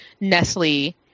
Nestle